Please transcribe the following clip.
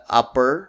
upper